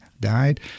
died